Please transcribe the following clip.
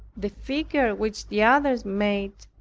the figure which the others made,